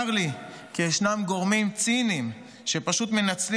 צר לי שישנם גורמים ציניים שפשוט מנצלים